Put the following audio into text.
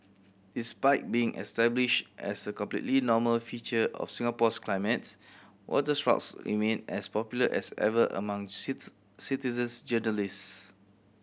despite being established as a completely normal feature of Singapore's climate waterspouts remain as popular as ever among citizen journalists